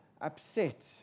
upset